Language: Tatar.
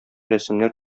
рәсемнәр